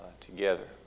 together